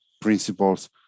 principles